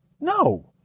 No